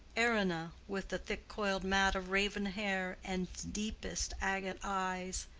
errina with the thick-coiled mat of raven hair and deepest agate eyes,